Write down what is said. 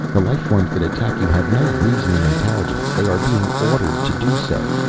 the life forms that attack you have no reasoning intelligence. they are being ordered to do so.